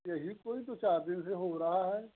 यही कोई दो चार दिन से हो रहा है